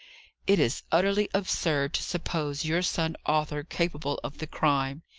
it is utterly absurd to suppose your son arthur capable of the crime.